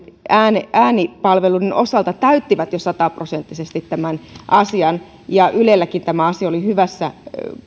äänipalveluiden osalta täyttivät jo sataprosenttisesti tämän asian ja ylelläkin tämä asia oli hyvällä